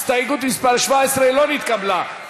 הסתייגות מס' 17 לא נתקבלה.